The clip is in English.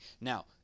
Now